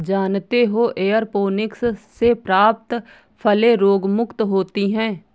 जानते हो एयरोपोनिक्स से प्राप्त फलें रोगमुक्त होती हैं